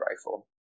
rifle